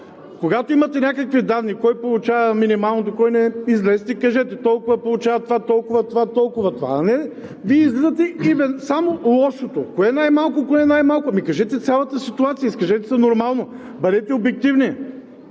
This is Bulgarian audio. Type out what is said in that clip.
Когато имате някакви данни – кой получава минималното, кой не, излезте и кажете: толкова получават това, толкова – това, толкова – това, а не Вие излизате и само лошото – кое е най-малко, кое е най-малко! Ами кажете цялата ситуация. Изкажете се нормално, бъдете обективни.